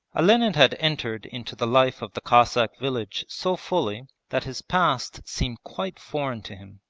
olenin had entered into the life of the cossack village so fully that his past seemed quite foreign to him.